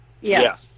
Yes